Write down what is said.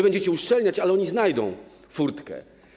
Będziecie uszczelniać, ale oni znajdą furtkę.